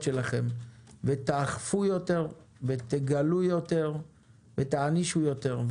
שלכם ותאכפו יותר ותגלו יותר ותענישו יותר.